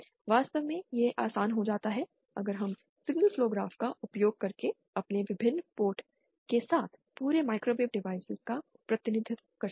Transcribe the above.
वास्तव में यह आसान हो जाता है अगर हम सिग्नल फ्लो ग्राफ का उपयोग करके अपने विभिन्न पोर्ट के साथ पूरे माइक्रोवेव डिवाइस का प्रतिनिधित्व करते हैं